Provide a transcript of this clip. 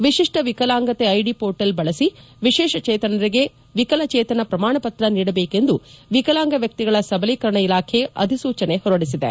ವಿಶಿಷ್ಟ ವಿಕಲಾಂಗತೆ ID portal ಬಳಸಿ ವಿಶೇಷಚೇತನರಿಗೆ ವಿಕಲಚೇತನ ಪ್ರಮಾಣಪತ್ರ ನೀಡಬೇಕು ಎಂದು ವಿಕಲಾಂಗ ವ್ಯಕ್ತಿಗಳ ಸಬಲೀಕರಣ ಇಲಾಖೆ ಅಧಿಸೂಚನೆ ಹೊರಡಿಸಿದೆ